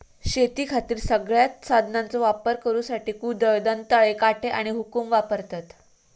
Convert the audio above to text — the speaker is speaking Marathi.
शेतीखातीर सगळ्यांत साधनांचो वापर करुसाठी कुदळ, दंताळे, काटे आणि हुकुम वापरतत